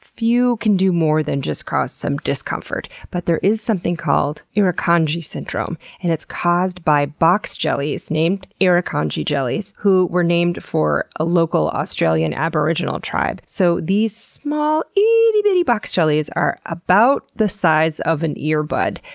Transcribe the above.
few can do more than just cause some discomfort. but there is something called irukandji syndrome, and it's caused by box jellies named irukandji jellies, who were named for a local australian aboriginal tribe. so these small, itty bitty box jellies are about the size of an earbud,